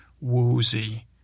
woozy